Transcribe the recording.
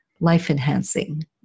life-enhancing